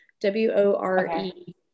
W-O-R-E